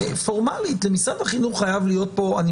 פורמלית למשרד החינוך חייב להיות פה אני